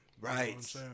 Right